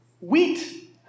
wheat